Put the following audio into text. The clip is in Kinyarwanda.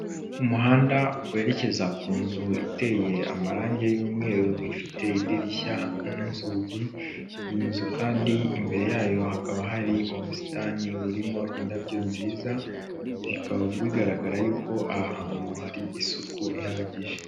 Umuhanda werekeza ku nzu iteye amarangi y'umweru ifite idirishya n'inzugi, iyi nzu kandi imbere yayo hakaba hari ubusitani burimo indabyo nziza, bikaba bigaragara yuko aha hantu hari isuku ihagije.